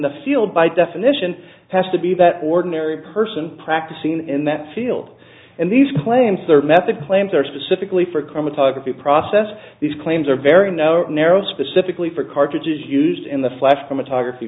the field by definition has to be that ordinary person practicing in that field and these claims are met the claims are specifically for chromatography process these claims are very narrow specifically for cartridges used in the flash chromatography